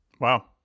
Wow